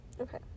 Okay